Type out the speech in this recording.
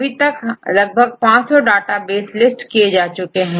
अभी तक लगभग 500 डेटाबेस लिस्ट किए जा चुके हैं